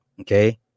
Okay